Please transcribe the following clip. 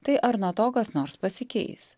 tai ar nuo to kas nors pasikeis